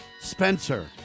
Spencer